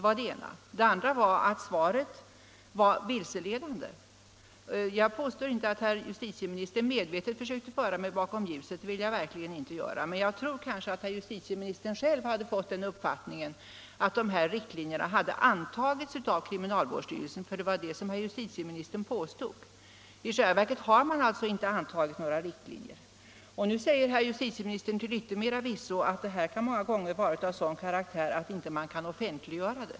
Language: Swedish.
För det andra var svaret vilseledande. Jag påstår inte att justitieministern medvetet försökte föra mig bakom ljuset — det vill jag verkligen inte göra. Justitieministern hade kanske själv fått den uppfattningen att dessa riktlinjer hade antagits av kriminalvårdsstyrelsen. Det var nämligen det justitieministern påstod. I själva verket har man inte antagit några riktlinjer. Nu säger justitieministern till yttermera visso att dessa åtgärder många gånger har sådan karaktär att de inte kan offentliggöras.